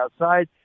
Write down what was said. outside